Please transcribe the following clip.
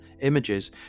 images